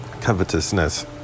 covetousness